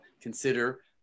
consider